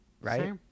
Right